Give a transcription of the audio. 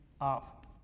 up